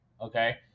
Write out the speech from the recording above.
okay